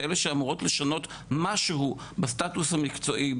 כאלה שאמורות לשנות משהו בסטטוס המקצועי,